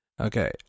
Okay